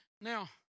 Now